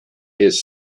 his